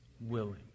willing